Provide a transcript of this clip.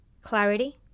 Clarity